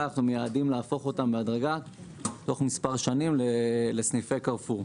אנחנו מייעדים להפוך אותם בהדרגה בתוך מספר שנים לסניפי קרפור.